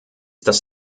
dass